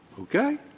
Okay